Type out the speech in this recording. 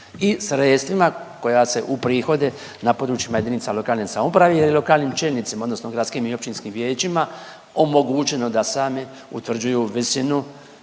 i sredstvima koja se uprihode na područjima JLS i lokalnim čelnicima odnosno gradskim i općinskim vijećima omogućeno da sami utvrđuju visinu